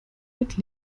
mit